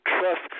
trust